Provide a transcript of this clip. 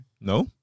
No